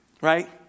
right